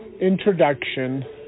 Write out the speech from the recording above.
Introduction